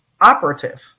operative